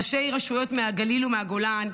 ראשי רשויות מהגליל ומהגולן,